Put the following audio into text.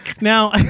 Now